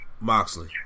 Moxley